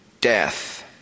death